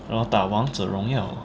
然后打